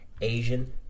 Asian